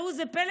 וראו זה פלא,